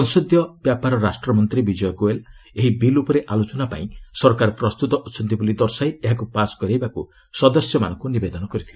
ସଂସଦୀୟ ରାଷ୍ଟମନ୍ତ୍ରୀ ବିଜୟ ଗୋୟଲ ଏହି ବିଲ୍ ଉପରେ ଆଲୋଚନା ପାଇଁ ସରକାର ପ୍ରସ୍ତୁତ ଅଛନ୍ତି ବୋଲି ଦର୍ଶାଇ ଏହାକୁ ପାସ୍ କରେଇବା ଲାଗି ସଦସ୍ୟମାନଙ୍କୁ ନିବେଦନ କରିଥିଲେ